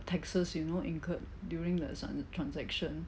taxes you know incurred during the trans~ transaction